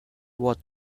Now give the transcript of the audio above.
what